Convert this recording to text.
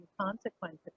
consequences